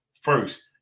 first